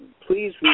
please